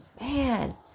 Man